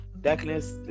darkness